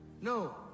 No